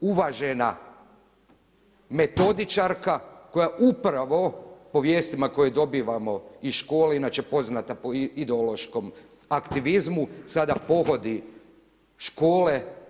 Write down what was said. uvažena metodičarka koja upravo po vijestima koje dobivamo iz škole, inače poznata po ideološkom aktivizmu sada pohodi škole.